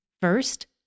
First